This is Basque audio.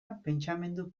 pentsamendu